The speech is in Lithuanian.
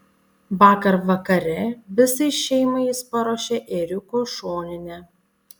vakar vakare visai šeimai jis paruošė ėriuko šoninę